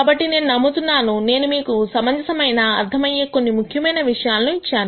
కాబట్టి నేను నమ్ముతున్నాను నేను మీకు సమంజసమైన అర్థమయ్యే కొన్ని ముఖ్యమైన విషయాలను ఇచ్చాను